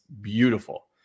beautiful